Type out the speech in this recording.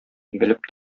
белеп